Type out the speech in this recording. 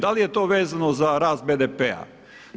Da li je to vezano za rast BDP-a?